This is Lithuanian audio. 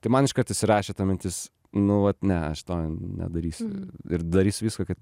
tai man iškart įsirašė ta mintis nu vat ne aš to nedarysiu ir darysiu viską kad